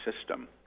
system